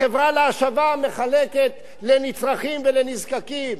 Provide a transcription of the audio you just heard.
החברה להשבה מחלקת לנצרכים ולנזקקים.